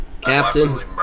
Captain